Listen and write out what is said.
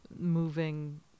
moving